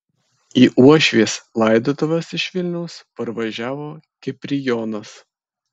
į uošvės laidotuves iš vilniaus parvažiavo kiprijonas